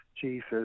Jesus